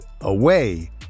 away